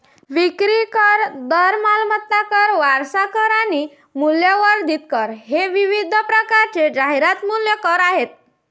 विक्री कर, दर, मालमत्ता कर, वारसा कर आणि मूल्यवर्धित कर हे विविध प्रकारचे जाहिरात मूल्य कर आहेत